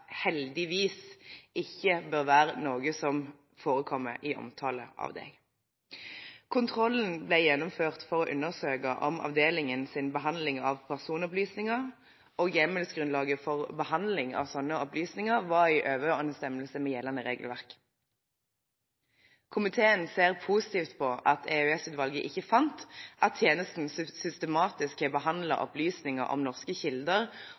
ikke bør være noe som forekommer i en omtale av dem. Kontrollen ble gjennomført for å undersøke om avdelingens behandling av personopplysninger og hjemmelsgrunnlaget for behandling av slike opplysninger var i overensstemmelse med gjeldende regelverk. Komiteen ser positivt på at EOS-utvalget ikke fant at tjenesten systematisk har behandlet opplysninger om norske kilder